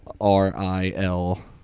R-I-L